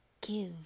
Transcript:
give